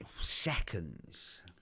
seconds